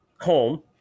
home